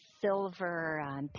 silver